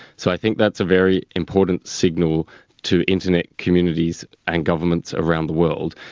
so i think that's a very important signal to internet communities and governments around the world.